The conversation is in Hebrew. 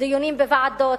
דיונים בוועדות,